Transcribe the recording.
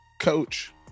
coach